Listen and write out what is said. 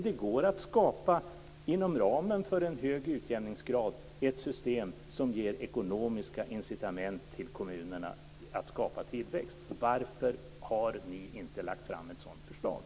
Det går att skapa, inom ramen för en hög utjämningsgrad, ett system som ger ekonomiska incitament till kommunerna att skapa tillväxt. Varför har ni inte lagt fram ett sådant förslag?